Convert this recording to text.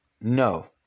No